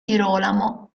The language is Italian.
girolamo